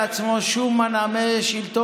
מה בני גנץ מקיים?